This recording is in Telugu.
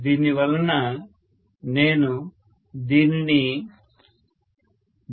దీనివల్ల నేను దీనిని 0